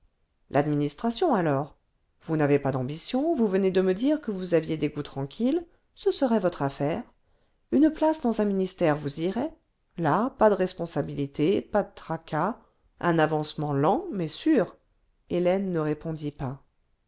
l'administration alors vous n'avez pas d'ambition vous venez de me dire que vous aviez des goûts tranquilles ce serait votre affaire uue place dans un ministère vous irait là pas de responsabilité pas de tracas un avancement lent mais sûr hélène ne répondit pas